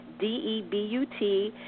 D-E-B-U-T